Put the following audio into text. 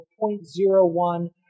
0.01%